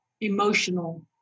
emotional